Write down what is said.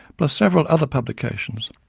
plus several other publications.